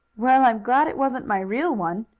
well, i'm glad it wasn't my real one,